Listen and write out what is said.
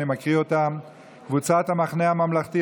ואני מקריא אותן: קבוצת המחנה הממלכתי,